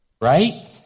Right